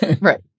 Right